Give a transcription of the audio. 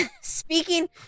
Speaking